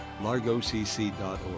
largocc.org